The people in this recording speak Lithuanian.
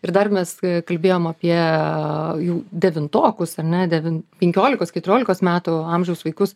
ir dar mes kalbėjom apie jų devintokus ar ne devin penkiolikos keturiolikos metų amžiaus vaikus